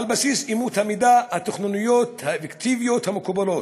על בסיס אמות המידה התכנוניות האובייקטיביות המקובלות,